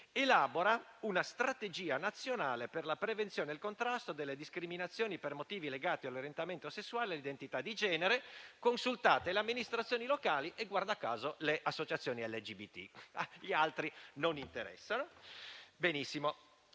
elabora una strategia nazionale per la prevenzione e il contrasto delle discriminazioni per motivi legati all'orientamento sessuale e l'identità di genere, consultate le amministrazioni locali e - guarda caso - le associazioni LGBT (gli altri non interessano). Qualcuno